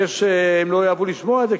הם לא יאהבו לשמוע את זה,